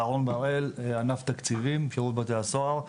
אהרון בראל, ענף תקציבים, שירות בתי הסוהר.